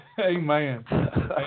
Amen